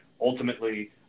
Ultimately